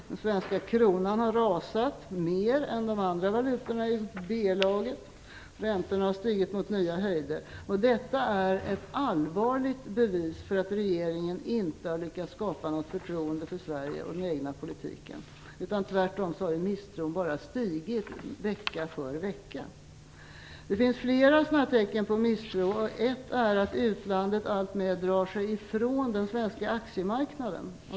Den svenska kronan har rasat mer än de andra valutorna i B-laget, och räntorna har stigit mot nya höjder. Detta är ett allvarligt bevis för att regeringen inte har lyckats skapa något förtroende för Sverige och den egna politiken. Tvärtom har misstron bara ökat vecka för vecka. Det finns flera tecken på misstro. Ett är att utlandet alltmer drar sig från den svenska aktiemarknaden.